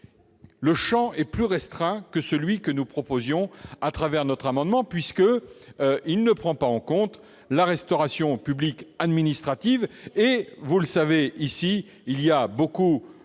son champ est plus restreint que celui que nous proposions à travers notre amendement, puisqu'il ne prend pas en compte la restauration publique administrative. Or, vous le savez, nombre de nos